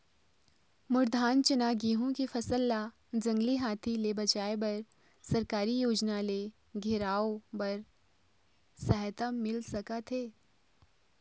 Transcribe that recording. मोर धान चना गेहूं के फसल ला जंगली हाथी ले बचाए बर सरकारी योजना ले घेराओ बर सहायता मिल सका थे?